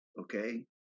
Okay